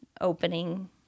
opening